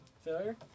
Failure